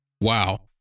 Wow